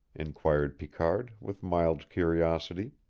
inquired picard, with mild curiosity.